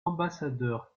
ambassadeur